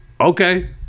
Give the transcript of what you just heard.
Okay